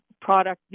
product